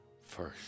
first